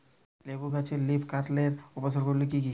লেবু গাছে লীফকার্লের উপসর্গ গুলি কি কী?